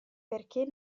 perché